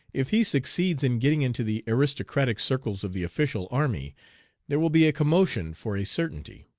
if he succeeds in getting into the aristocratic circles of the official army there will be a commotion for a certainty.